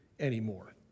anymore